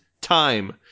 time